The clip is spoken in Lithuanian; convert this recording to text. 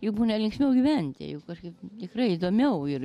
juk būna linksmiau gyventi juk kažkaip tikrai įdomiau ir